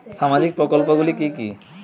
সামাজিক প্রকল্প গুলি কি কি?